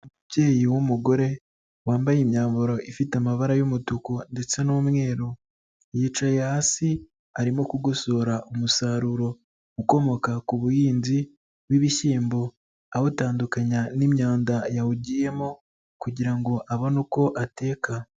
Umubyeyi w'umugore wambaye imyambaro ifite amabara y'umutuku ndetse n'umweru, yicaye hasi arimo kugosora umusaruro ukomoka ku buhinzi bw'ibishyimbo, awutandukanya n'imyanda yawugiyemo kugira ngo abone uko ateka.